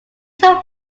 took